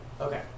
Okay